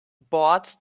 board